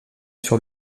sur